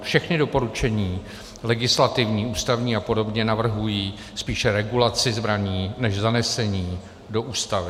Všechna doporučení legislativní, ústavní apod. navrhují spíše regulaci zbraní než zanesení do Ústavy.